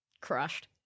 Crushed